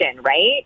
right